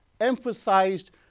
emphasized